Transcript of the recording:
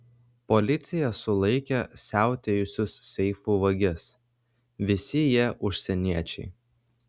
policija sulaikė siautėjusius seifų vagis visi jie užsieniečiai